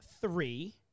three